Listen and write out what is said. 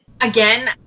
again